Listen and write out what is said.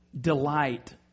delight